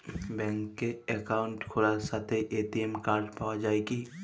ব্যাঙ্কে অ্যাকাউন্ট খোলার সাথেই এ.টি.এম কার্ড পাওয়া যায় কি?